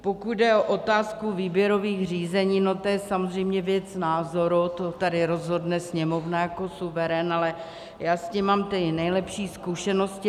Pokud jde o otázku výběrových řízení, to je samozřejmě věc názoru, tady rozhodne Sněmovna jako suverén, ale já s tím mám ty nejlepší zkušenosti.